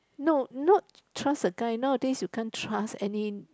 no not trust the guy nowadays you can't trust any